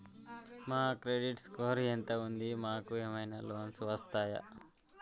మా credit score ఎంత ఉంది? మాకు ఏమైనా లోన్స్ వస్తయా?